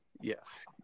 Yes